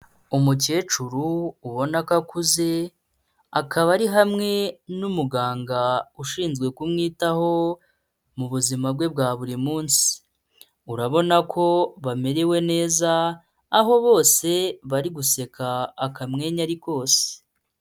Umukecuru ubona ko akuze akaba ari hamwe n'umuganga ushinzwe kumwitaho mu buzima bwe bwa buri munsi, urabona ko bamerewe neza aho bose bari guseka akamwenyu ari kose.